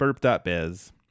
Burp.biz